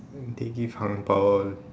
they give angbao all